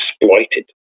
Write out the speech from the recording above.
exploited